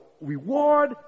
reward